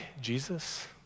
Jesus